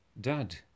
Dad